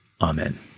Amen